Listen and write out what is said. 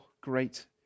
great